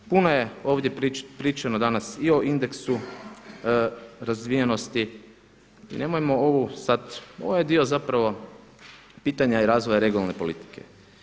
Puno je ovdje pričano danas i o indeksu razvijenosti i nemojmo ovu sad, ovaj je dio zapravo pitanja i razvoja regionalne politike.